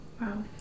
Wow